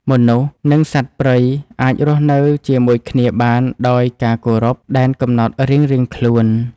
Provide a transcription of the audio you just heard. មនុស្ស និងសត្វព្រៃអាចរស់នៅជាមួយគ្នាបានដោយការគោរពដែនកំណត់រៀងខ្លួន។